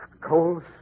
Cold